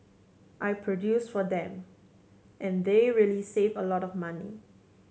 I produce for them and they really save a lot of money